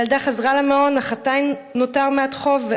הילדה חזרה למעון, אך עדיין נותר מעט חוב.